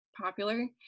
popular